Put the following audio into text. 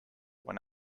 when